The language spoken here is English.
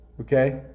Okay